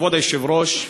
כבוד היושב-ראש,